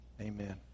Amen